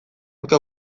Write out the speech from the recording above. nuke